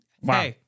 wow